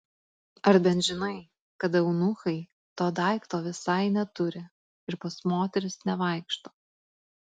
ar bent žinai kad eunuchai to daikto visai neturi ir pas moteris nevaikšto